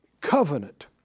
Covenant